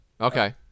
Okay